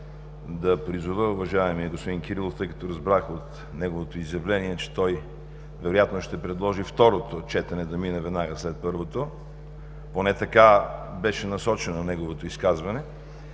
да призова уважаемия господин Кирилов, тъй като разбрах от неговото изявление, че той вероятно ще предложи второто четене да мине веднага след първото, поне така беше насочено неговото изказване